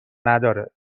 نداره